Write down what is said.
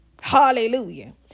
Hallelujah